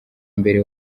mbere